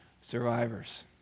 survivors